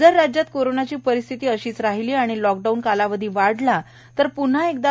जर राज्यात कोरोनाची परिस्थिती अशीच राहिली व लॉकडाऊन कालावधी वाढला तर प्न्हा एकदा दि